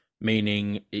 meaning